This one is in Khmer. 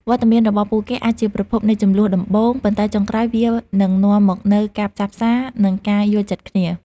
វត្តមានរបស់ពួកគេអាចជាប្រភពនៃជម្លោះដំបូង ប៉ុន្តែចុងក្រោយវានឹងនាំមកនូវការផ្សះផ្សា និងការយល់ចិត្តគ្នា។